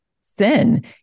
sin